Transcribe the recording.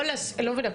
לא מבינה,